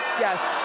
yes.